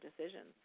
decisions